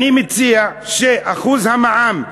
אני מציע שאחוז המע"מ,